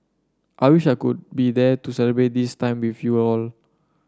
I wish I could be there to celebrate this time with you all